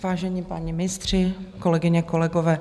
Vážení páni ministři, kolegyně, kolegové.